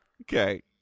Okay